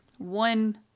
one